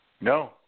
No